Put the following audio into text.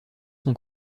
son